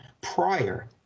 prior